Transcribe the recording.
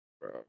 Bro